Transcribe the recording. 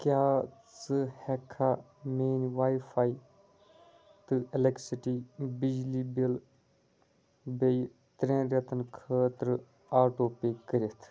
کیٛاہ ژٕ ہٮ۪کٕکھا میٛٲنۍ واے فاے تہٕ ایٚلٮ۪کٹسِٹی بِجلی بِل بییٚہِ ترٛیٚن رٮ۪تن خٲطرٕ آٹوٗ پےٚ کٔرِِتھ